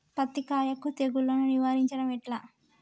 పత్తి కాయకు తెగుళ్లను నివారించడం ఎట్లా?